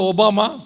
Obama